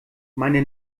meine